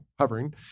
hovering